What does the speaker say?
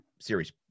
series